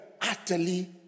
utterly